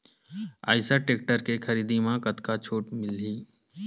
Eicher tractor के खरीदी म कतका छूट मिलही?